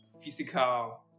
Physical